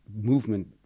movement